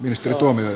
ministeri tuomioja